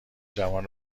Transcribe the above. جوان